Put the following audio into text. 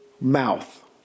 mouth